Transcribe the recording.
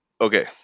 okay